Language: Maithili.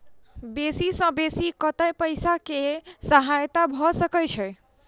बेसी सऽ बेसी कतै पैसा केँ सहायता भऽ सकय छै?